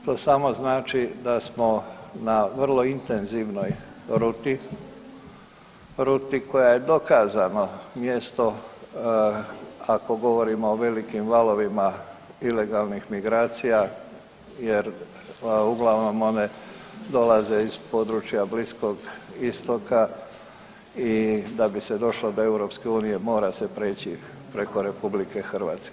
To samo znači da smo na vrlo intenzivnoj ruti, ruti koja je dokazano mjesto, ako govorimo o velikim valovima ilegalnih migracija jer uglavnom one dolaze iz područja Bliskog istoka i da bi se došlo do EU, mora se prijeći preko RH.